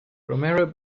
romero